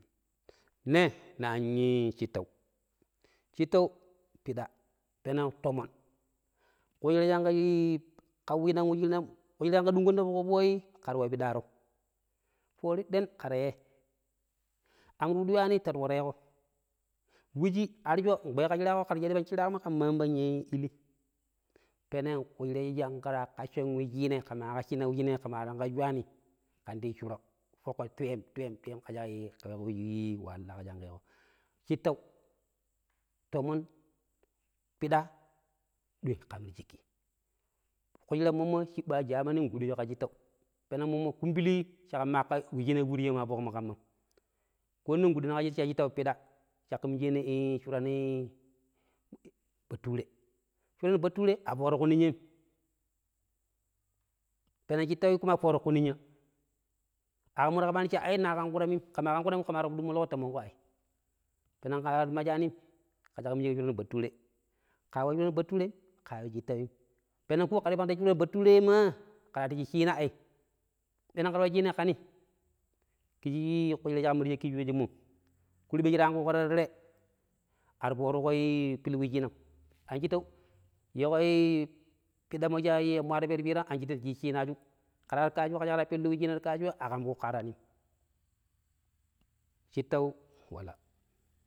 ﻿Ne, naa i shittau, shittau pida, peneng tomon, kushira shi i-i, kawushinan, kushira shinka ta dungkon ta fok tooyi kera wa pidaaro foori den kera yec am ti fudi yuwani ta tuƙureeƙo, wuji, arjo nkpeeƙo ar shiraaƙo kera shadi pang shiraaƙo mo ƙen maan pang ya ilii. Peneng ƙushira shi ƙra ƙccon wuciinai ƙe maa ƙaccina wuciinai ƙe maa tangƙo cwaani, ƙen di yi shuro foƙƙo twuyem - twuyem - twuyem ƙe cha ƙ weeƙo wu shik waalaaƙo shi ƙe yiiƙo. Shittau tomon, pida ɗoi ƙam ta shakki. Kushira mommo cibba jamani nƙuɗeeju ƙa shittau peneng mommo ƙumbili shi ƙamma aƙa wuccina a fuurisheemu ƙammam. Ko nong nkuɗeeni cha shittau piɗa caƙƙa minijeeni shuran bature. Shuran bature a fooro ku ninyem. Peneng shittau kuma fooruƙo ƙu ninya, aƙam mura kabaani cha, ai naa ƙam ƙan ƙurammim, ƙe maa ƙam ƙan ƙuramim ƙe maa waru ƙo fudi molko ta mongƙo ai peneng ƙar majanim, ke cha ƙe minijeeko shuran bature, ƙaa wa shuran baturem ƙaa nju shittawim, penng ko kera nji shuran batureemaa, ƙra ti cii ciina ai. Peneng ƙra wa ciina ƙa nip kiji ƙushira shi ƙamma ta shakki shoojemmo, kurɓe shi ta angƙuko ta teme ar foomiko pilu wuciinam. An shittau yiikoi piɗammo shi muir pero piiram ahshittau ndi ci ciinaaju ƙra waro kasuwa ke aha kera pillu wheiina ti foƙ kasuwa aƙam ƙooƙo waraanim shittau wala.